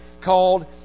called